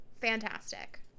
Fantastic